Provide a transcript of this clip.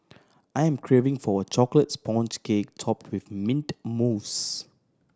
I am craving for a chocolate sponge cake top with mint mousse